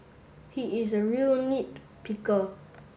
he is a real nit picker